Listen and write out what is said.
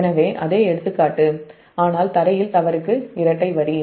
எனவே அதே எடுத்துக்காட்டு ஆனால் க்ரவுன்ட்ல் தவறுக்கு இரட்டை வரி